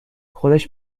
خودش